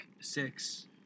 six